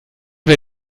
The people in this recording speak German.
wir